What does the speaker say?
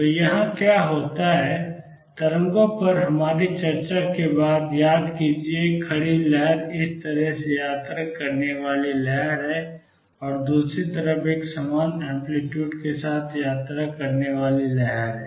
तो यहाँ क्या होता है तरंगों पर हमारी चर्चा से याद कीजिए कि एक खड़ी लहर इस तरह से यात्रा करने वाली लहर है और दूसरी तरफ समान एंप्लीट्यूड के साथ यात्रा करने वाली लहर है